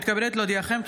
הינני מתכבדת להודיעכם,